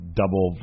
double